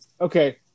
Okay